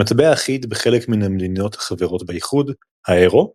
מטבע אחיד בחלק מן המדינות החברות באיחוד, האירו,